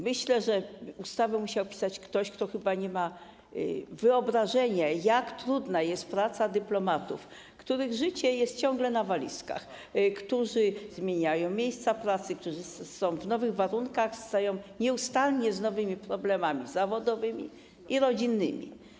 Myślę, że ustawę musiał pisać ktoś, kto chyba nie ma wyobrażenia, jak trudna jest praca dyplomatów, których życie jest ciągle na walizkach, którzy zmieniają miejsca pracy, którzy są w nowych warunkach, mierzą się nieustannie z nowymi problemami zawodowymi i rodzinnymi.